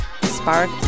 spark